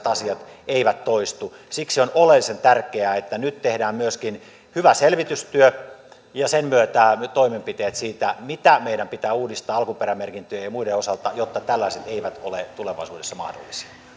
asiat eivät toistu siksi on oleellisen tärkeää että nyt tehdään myöskin hyvä selvitystyö ja sen myötä on toimenpiteet siitä mitä meidän pitää uudistaa alkuperämerkintöjen ja muiden osalta jotta tällaiset eivät ole tulevaisuudessa mahdollisia